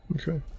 Okay